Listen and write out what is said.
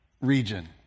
region